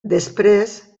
després